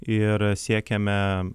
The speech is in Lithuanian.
ir siekiame